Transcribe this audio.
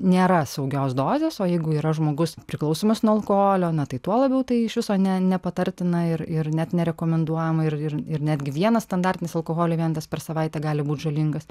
nėra saugios dozės o jeigu yra žmogus priklausomas nuo alkoholio na tai tuo labiau tai iš viso ne nepatartina ir ir net nerekomenduojama ir ir ir netgi vienas standartinis alkoholio vienetas per savaitę gali būt žalingas